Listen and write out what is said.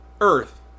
Earth